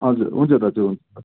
हजुर हुन्छ दाजु हुन्छ